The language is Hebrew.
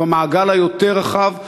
ובמעגל היותר-רחב,